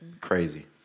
Crazy